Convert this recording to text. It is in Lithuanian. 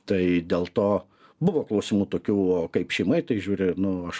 tai dėl to buvo klausimų tokių kaip šeima į tai žiūri nu aš